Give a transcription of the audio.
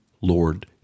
Lord